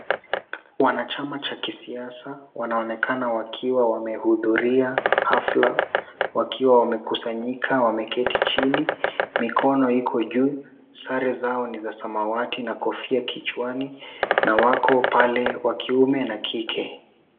Wanachama cha kisiasa wanaonekana wakiwa wamehudhuria hafla. Wakiwa wamekusanyika wameketi chini. Mikono iko juu, sare zao ni za samawati na kofia kichwani na wako pale wa kiume na kike.